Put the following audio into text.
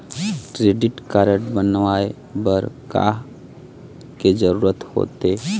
Credit card बनवाए बर का के जरूरत होते?